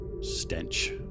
stench